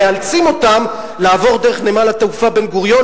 מאלצים אותם לעבור דרך נמל התעופה בן-גוריון,